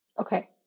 Okay